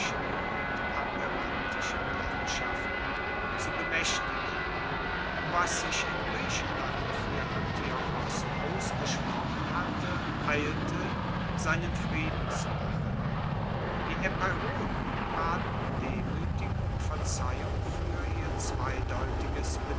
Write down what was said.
und aperantischen landschaften zu bemaechtigen was sich in griechenland fuer antiochos ausgesprochen hatte eilte seinen frieden zu machen die epeiroten baten demuetig um verzeihung fuer ihr